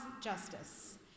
justice